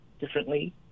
differently